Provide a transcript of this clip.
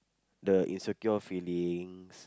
the insecure feelings